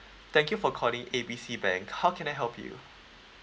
thank you for calling A B C bank how can I help you